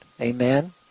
Amen